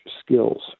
skills